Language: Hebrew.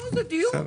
דיון.